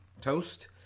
toast